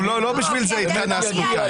לא בשביל זה התכנסנו כאן